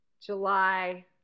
July